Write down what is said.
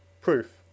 PROOF